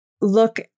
look